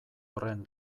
horren